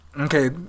Okay